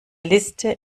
liste